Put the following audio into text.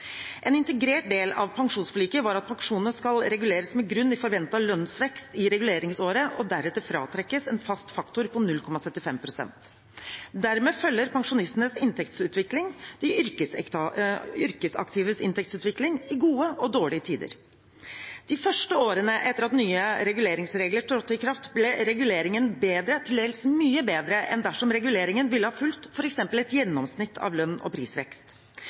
En integrert del av pensjonsforliket var at pensjonene skal reguleres på grunnlag av forventet lønnsvekst i reguleringsåret og deretter fratrekkes en fast faktor på 0,75 pst. Dermed følger pensjonistenes inntektsutvikling de yrkesaktives inntektsutvikling i gode og dårlige tider. De første årene etter at nye reguleringsregler trådte i kraft, ble reguleringen bedre – til dels mye bedre – enn dersom reguleringen hadde fulgt f.eks. et gjennomsnitt av lønns- og prisvekst.